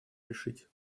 решить